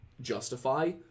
justify